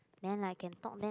then like can talk then